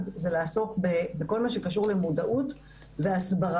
הוא לעסוק בכל מה שקשור למודעות והסברה,